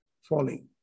falling